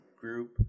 group